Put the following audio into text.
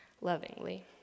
lovingly